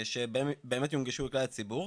שבאמת יונגשו לכלל הציבור,